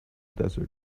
desert